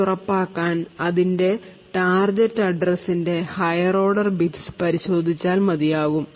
ഇത് ഉറപ്പാക്കാൻ അതിൻറെ ടാർജറ്റ് അഡ്രസിൻറെ ഹയർ ഓർഡർ ബിറ്റ്സ് പരിശോധിച്ചാൽ മതിയാകും